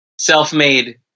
Self-made